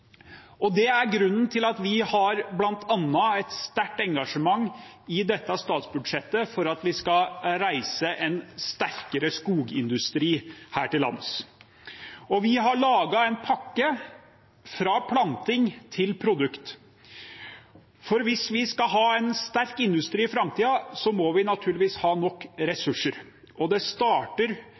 arbeidsplasser. Det er grunnen til at vi bl.a. har et sterkt engasjement i dette statsbudsjettet for at vi skal reise en sterkere skogindustri her til lands. Vi har laget en pakke fra planting til produkt. For hvis vi skal ha en sterk industri i framtiden, må vi naturligvis ha nok ressurser. Det starter